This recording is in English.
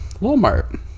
Walmart